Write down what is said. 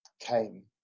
came